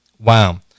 Wow